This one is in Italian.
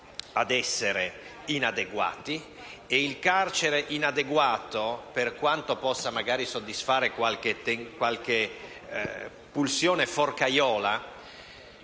Il carcere inadeguato, per quanto possa magari soddisfare qualche pulsione forcaiola,